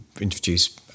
introduce